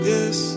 Yes